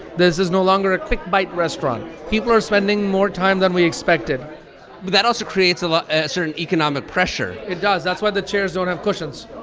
this is no longer a quick-bite restaurant. people are spending more time than we expected but that also creates like a certain economic pressure it does. that's why the chairs don't have cushions